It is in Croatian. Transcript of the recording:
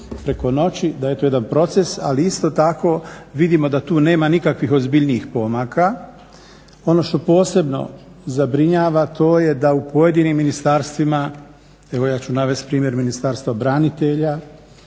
preko noći, da je to jedan proces, ali isto tako vidimo da tu nema nikakvih ozbiljnijih pomaka. Ono što posebno zabrinjava to je da u pojedinim ministarstvima, evo ja ću navesti primjer Ministarstva branitelja